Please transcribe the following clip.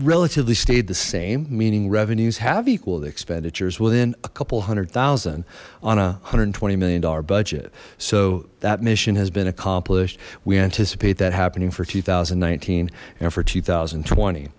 relatively stayed the same meaning revenues have equal the expenditures within a couple hundred thousand on a one hundred and twenty million dollar budget so that mission has been accomplished we anticipate that happening for two thousand and nineteen and for two thousand and twenty